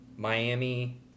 Miami